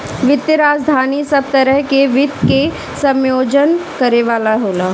वित्तीय राजधानी सब तरह के वित्त के समायोजन करे वाला होला